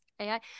AI